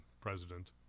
president